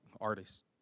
artists